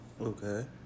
Okay